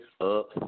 up